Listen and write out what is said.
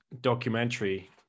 documentary